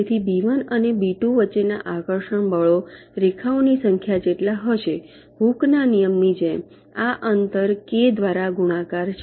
તેથી બી 1 અને બી 2 વચ્ચેના આકર્ષણ બળો રેખાઓની સંખ્યા જેટલા હશે હૂકના નિયમ Hooke's law ની જેમ આ અંતર કે દ્વારા ગુણાંકાર છે